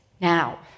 Now